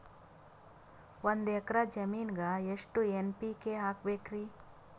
ಒಂದ್ ಎಕ್ಕರ ಜಮೀನಗ ಎಷ್ಟು ಎನ್.ಪಿ.ಕೆ ಹಾಕಬೇಕರಿ?